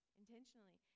intentionally